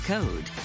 Code